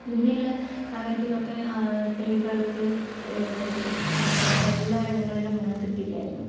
മുന്നേയുള്ള കാലത്തിലൊക്കെ സ്ത്രീകൾക്ക് അവസരങ്ങളെല്ലായിടങ്ങളിലും അങ്ങനെ കിട്ടില്ലായിരുന്നു